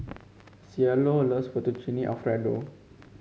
Cielo loves Fettuccine Alfredo